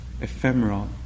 ephemeral